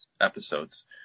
episodes